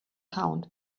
count